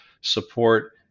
support